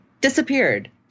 disappeared